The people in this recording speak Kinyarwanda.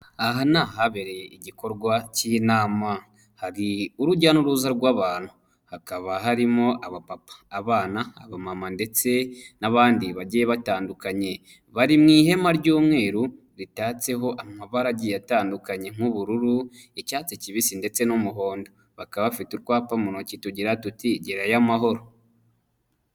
Aha ni ahabereye igikorwa k'inama, hari urujya n'uruza rw'abantu hakaba harimo abapapa, abana, abamama ndetse n'abandi bagiye batandukanye, bari mu ihema ry'umweru ritatseho amabara agiye atandukanye nk'ubururu, icyatsi kibisi ndetse n'umuhondo, bakaba bafite urwapa mu ntoki tugira tuti: "Gerayo amahoro".